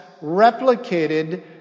replicated